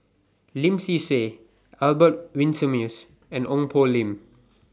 Lim Swee Say Albert Winsemius and Ong Poh Lim